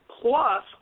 plus